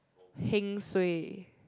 heng suay